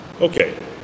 Okay